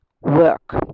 work